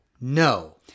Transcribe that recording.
No